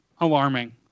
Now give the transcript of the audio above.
alarming